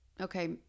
okay